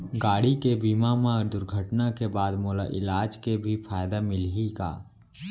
गाड़ी के बीमा मा दुर्घटना के बाद मोला इलाज के भी फायदा मिलही का?